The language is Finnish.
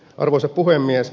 arvoisa puhemies